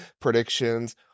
predictions